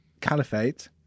caliphate